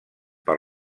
per